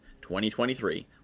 2023